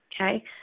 okay